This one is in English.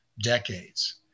decades